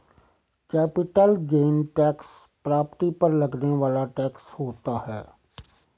capital gain tax property पर लगने वाला टैक्स होता है